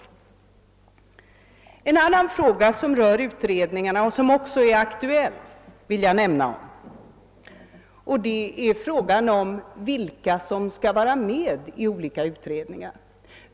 En annan viktig fråga som rör utredningarna gäller vilka som skall vara med i olika utredningar.